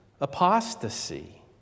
apostasy